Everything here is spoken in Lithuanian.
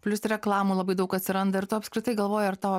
plius reklamų labai daug atsiranda ir tu apskritai galvoji ar tau